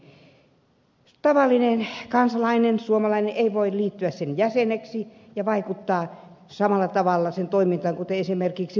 tavallinen kansalainen suomalainen ei voi liittyä sen jäseneksi ja vaikuttaa samalla tavalla sen toimintaan kuten esimerkiksi puolueitten toimintaan